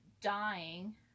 dying